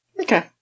Okay